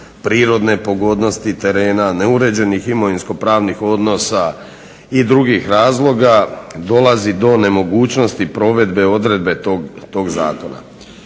prirodne pogodnosti terena, neuređenih imovinsko-pravnih odnosa i drugih razloga dolazi do nemogućnosti provedbe odredbe tog zakona.